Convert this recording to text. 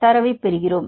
தரவைப் பெறுகிறோம்